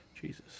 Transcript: Jesus